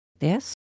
Yes